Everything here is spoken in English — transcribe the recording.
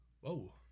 Whoa